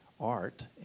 art